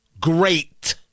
Great